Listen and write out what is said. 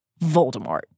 Voldemort